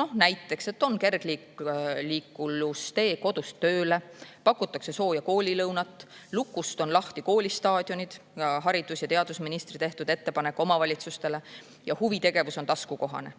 Noh, näiteks, et on kergliiklustee kodust tööle, pakutakse sooja koolilõunat, lukust on lahti koolistaadionid – haridus‑ ja teadusministri tehtud ettepanek omavalitsustele – ja huvitegevus on taskukohane.